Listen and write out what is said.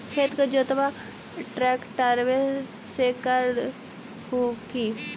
खेत के जोतबा ट्रकटर्बे से कर हू की?